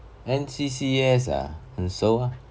N_C_C_S ah 很熟 hor